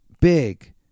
big